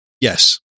Yes